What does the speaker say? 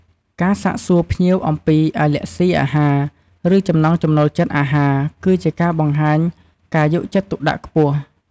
ការសាកសួរភ្ញៀវអំពី អាឡែរហ្សុីអាហារ ឬចំណង់ចំណូលចិត្តអាហារ គឺជាការបង្ហាញការយកចិត្តទុកដាក់ខ្ពស់។